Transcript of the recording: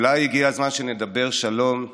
אולי הגיע הזמן שנדבר שלום בנו?